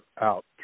out